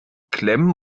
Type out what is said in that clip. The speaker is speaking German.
klemmen